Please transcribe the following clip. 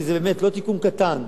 כי זה באמת לא תיקון קטן,